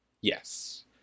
Yes